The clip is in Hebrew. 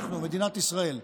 אנחנו, מדינת ישראל.